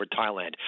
Thailand